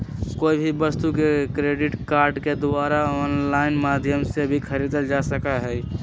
कोई भी वस्तु के क्रेडिट कार्ड के द्वारा आन्लाइन माध्यम से भी खरीदल जा सका हई